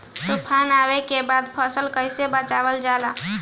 तुफान आने के बाद फसल कैसे बचावल जाला?